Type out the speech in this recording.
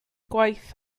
gwaith